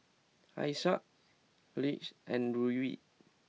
Alesia Lyric and Ludwig